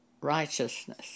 righteousness